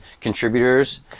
contributors